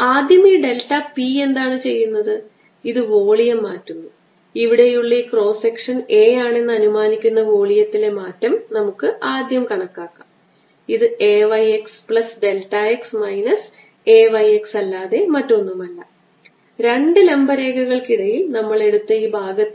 ഞാൻ ആന്തരിക ഉപരിതലത്തിലേക്ക് നോക്കുകയാണെങ്കിൽ ഏരിയ വെക്റ്റർ അകത്തേക്ക് ചൂണ്ടുന്നു കാരണം ഏരിയ വെക്റ്റർ എല്ലായ്പ്പോഴും വോളിയത്തിൽ